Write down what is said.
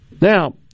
Now